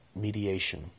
Mediation